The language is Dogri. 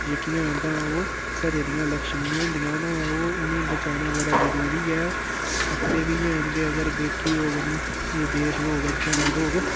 जेह्कियां न तां ओह् घरै दियां लक्ष्मियां होन्दियां तां ओह् उ'नेंगी बचाना बड़ा जरूरी ऐ आखदे बी हैन कि अगर बेटी होग तां एह् देश होग अग्गें बधोग